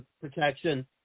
protection